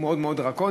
הוא מאוד מאוד דרקוני.